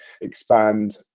expand